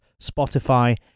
Spotify